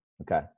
Okay